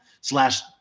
slash